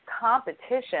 Competition